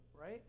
right